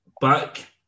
back